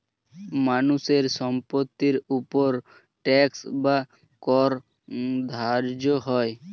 মানুষের সম্পত্তির উপর ট্যাক্স বা কর ধার্য হয়